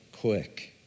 quick